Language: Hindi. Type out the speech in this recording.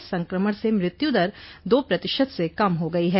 इस संक्रमण से मृत्यु दर दो प्रतिशत से कम हो गई है